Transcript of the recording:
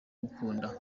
gukunda